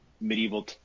medieval